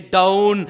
down